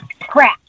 Crap